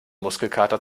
muskelkater